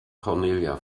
cornelia